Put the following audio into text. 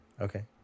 Okay